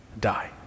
die